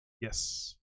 Yes